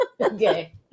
okay